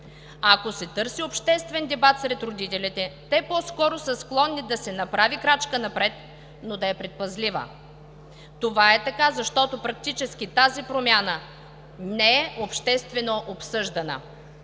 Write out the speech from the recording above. Ако се търси обществен дебат сред родителите, те по-скоро са склонни да се направи крачка напред, но да е предпазлива. Това е така, защото практически тази промяна не е обществено обсъждана.